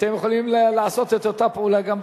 אתם יכולים לעשות את אותה פעולה גם בחוץ.